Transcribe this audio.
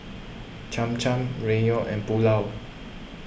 Cham Cham Ramyeon and Pulao